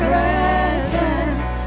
presence